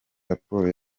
raporo